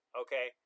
okay